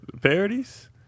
parodies